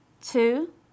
Two